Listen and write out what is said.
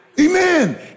Amen